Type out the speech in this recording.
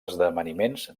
esdeveniments